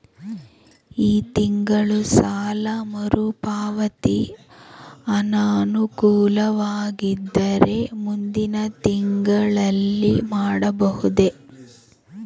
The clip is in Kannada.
ಈ ತಿಂಗಳು ಸಾಲ ಮರುಪಾವತಿ ಅನಾನುಕೂಲವಾಗಿದ್ದರೆ ಮುಂದಿನ ತಿಂಗಳಲ್ಲಿ ಮಾಡಬಹುದೇ?